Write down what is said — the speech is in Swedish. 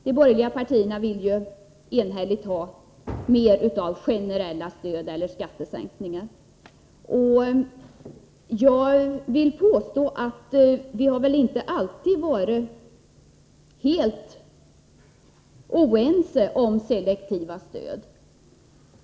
De borgerliga partierna vill enhälligt ha mer av generella stöd eller skattelättnader. Jag vill påstå att vi väl inte alltid har varit helt oense om selektiva stöd.